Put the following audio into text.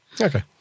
Okay